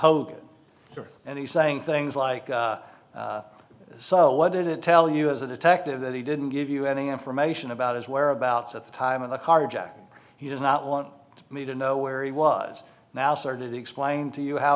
hogan and he's saying things like so what did it tell you as a detective that he didn't give you any information about his whereabouts at the time of the carjacking he did not want me to know where he was now started explaining to you how